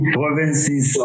provinces